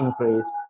increase